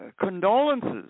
condolences